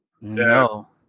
No